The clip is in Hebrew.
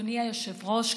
אדוני היושב-ראש,